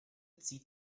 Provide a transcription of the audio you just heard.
zieht